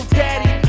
daddy